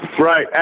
Right